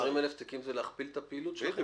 20,000 תיקים זה להכפיל את הפעילות שלכם.